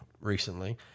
recently